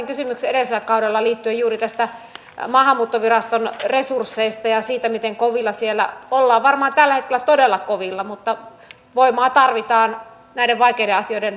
tästä tässä välikysymyksessä on kyse vaikka sitä onkin sitten kuorrutettu muilla asioilla kun huomattiin että tällä kertaa kirves taitaa osua stubbin pään sijaan omaan jalkaan